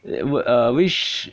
uh which